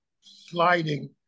sliding